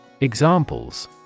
Examples